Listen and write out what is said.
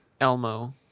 Elmo